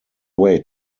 way